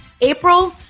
April